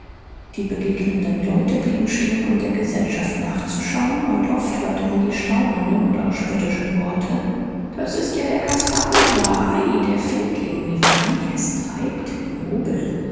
die begegnenden leute blieben stehen um der gesellschaft nachzuschauen und oft hörte man die staunenden oder spöttischen worte das ist ja der caspar hauser ei der findling wie fein er's treibt wie